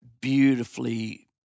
beautifully